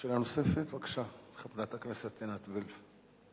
שאלה נוספת, בבקשה, חברת הכנסת עינת וילף.